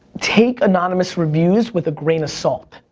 take anonymous reviews with a grain of salt,